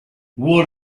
what